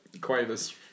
Quavers